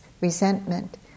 resentment